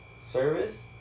service